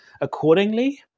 accordingly